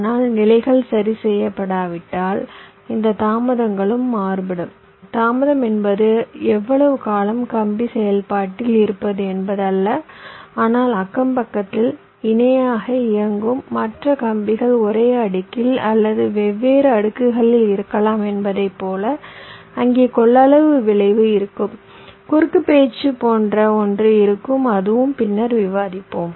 ஆனால் நிலைகள் சரி செய்யப்படாவிட்டால் இந்த தாமதங்களும் மாறுபடும் தாமதம் என்பது எவ்வளவு காலம் கம்பி செயல்பாட்டில் இருப்பது என்பது அல்ல ஆனால் அக்கம் பக்கத்திலும் இணையாக இயங்கும் மற்ற கம்பிகள் ஒரே அடுக்கில் அல்லது வெவ்வேறு அடுக்குகளில் இருக்கலாம் என்பதை போல அங்கே கொள்ளளவு விளைவு இருக்கும் குறுக்கு பேச்சு போன்ற ஒன்று இருக்கும் அதுவும் பின்னர் விவாதிப்போம்